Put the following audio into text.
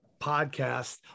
Podcast